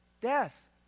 Death